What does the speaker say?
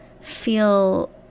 feel